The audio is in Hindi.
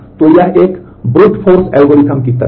तो यह एक Brute Force एल्गोरिथ्म की तरह है